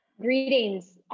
Greetings